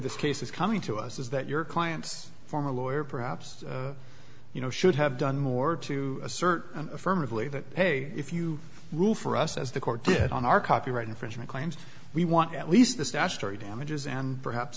this case is coming to us is that your client's former lawyer perhaps you know should have done more to assert affirmatively that hey if you rule for us as the court did on our copyright infringement claims we want at least the statutory damages and perhaps